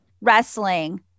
wrestling